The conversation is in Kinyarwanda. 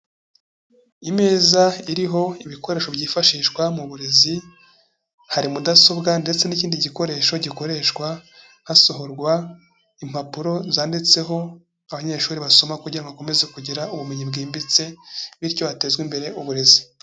Imeza iriho ibikoresho byifashishwa mu burezi, hari mudasobwa ndetse n'ikindi gikoresho gikoreshwa hasohorwa impapuro zanditseho abanyeshuri basoma kugira ngo bakomeze kugira ubumenyi bwimbitse bityo hatezwe imbere uburezi.